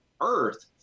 earth